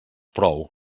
prou